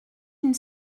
une